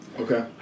Okay